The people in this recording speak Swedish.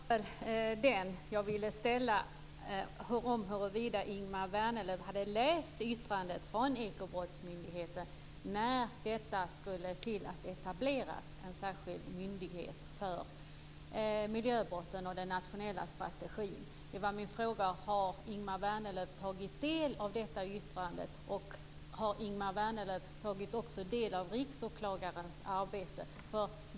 Herr talman! Det jag ville fråga var om Ingemar Vänerlöv hade läst yttrandet från Ekobrottsmyndigheten när det skulle etableras en särskild myndighet för miljöbrotten och den nationella strategin. Har Ingemar Vänerlöv tagit del av detta yttrande, och har Ingemar Vänerlöv också tagit del av Riksåklagarens arbete?